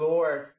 Lord